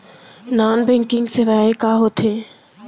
Non banking सेवाएं का होथे?